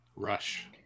Rush